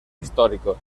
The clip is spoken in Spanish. histórico